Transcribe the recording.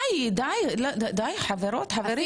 אפילו